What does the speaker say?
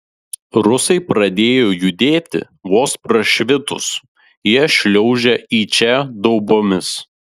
rusai pradėjo judėti vos prašvitus jie šliaužia į čia daubomis